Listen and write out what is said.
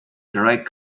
direct